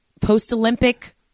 post-Olympic